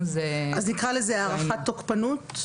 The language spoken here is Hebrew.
זה --- אז נקרא לזה "הערכת תוקפנות"?